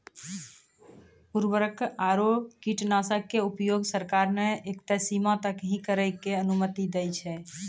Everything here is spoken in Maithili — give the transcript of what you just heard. उर्वरक आरो कीटनाशक के उपयोग सरकार न एक तय सीमा तक हीं करै के अनुमति दै छै